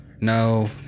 no